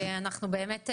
אנחנו באמת,